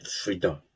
freedom